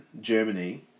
Germany